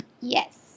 Yes